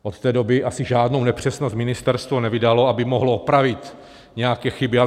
Od té doby asi žádnou nepřesnost ministerstvo nevydalo, aby mohlo opravit nějaké chyby.